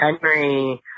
Henry